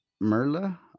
Merla